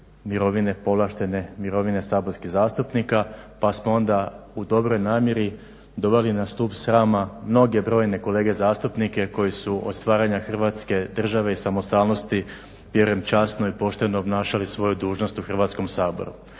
mirovine povlaštene, mirovine saborskih zastupnika pa smo onda u dobroj namjeri doveli na stup srama mnoge brojne kolege zastupnike koji su od stvaranja Hrvatske države i samostalnosti vjerujem časno i pošteno obnašali svoju dužnost u Hrvatskom saboru.